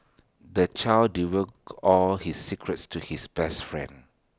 the child divulged all his secrets to his best friend